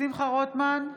שמחה רוטמן,